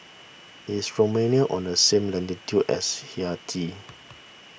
is Romania on the same latitude as Haiti